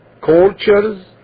cultures